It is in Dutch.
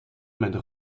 met